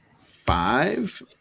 five